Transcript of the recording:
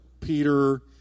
Peter